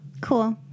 Cool